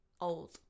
Old